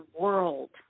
world